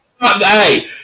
hey